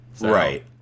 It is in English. Right